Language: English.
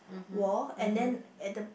wall and then at the